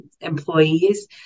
employees